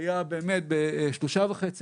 היה באמת ב-3.5%,